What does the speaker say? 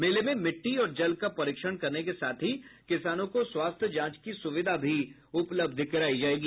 मेले में मिट्टी और जल का परीक्षण करने के साथ ही किसानों को स्वास्थ्य जांच की सुविधा भी उपलब्ध करायी जायेगी